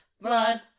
blood